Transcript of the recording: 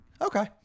Okay